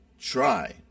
Try